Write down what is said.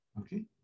okay